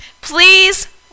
please